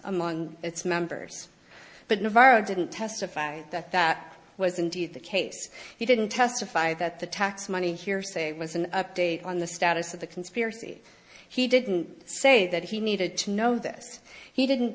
among its members but navarro didn't testify that that was indeed the case he didn't testify that the tax money hearsay was an update on the status of the conspiracy he didn't say that he needed to know this he didn't